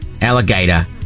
alligator